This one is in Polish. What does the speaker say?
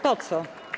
Po co?